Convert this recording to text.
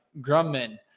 Grumman